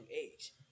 age